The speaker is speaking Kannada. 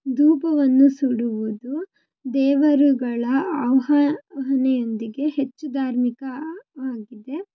ಧೂಪವನ್ನು ಸುಡುವುದು ದೇವರುಗಳ ಆವಾಹನೆಯೊಂದಿಗೆ ಹೆಚ್ಚು ಧಾರ್ಮಿಕ ಆಗಿದೆ